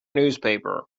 newspaper